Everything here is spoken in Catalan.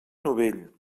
novell